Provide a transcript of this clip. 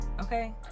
okay